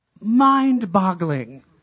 mind-boggling